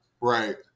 right